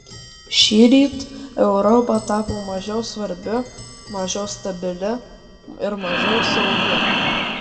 šįryt europa tapo mažiau svarbi mažiau stabili ir mažiau saugi